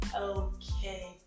okay